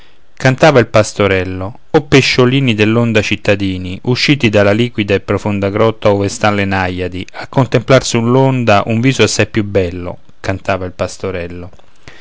cantava il pastorello o pesciolini dell'onda cittadini uscite dalla liquida e profonda grotta ove stan le naiadi a contemplar sull'onda un viso assai più bello cantava il pastorello